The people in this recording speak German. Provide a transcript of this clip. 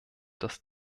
das